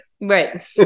right